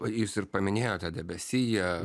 jūs ir paminėjote debesiją